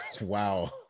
Wow